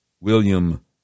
William